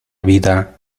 vida